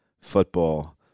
football